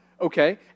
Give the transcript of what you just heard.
okay